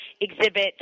exhibit